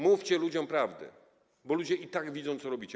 Mówcie ludziom prawdę, bo ludzie i tak widzą, co robicie.